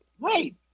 Right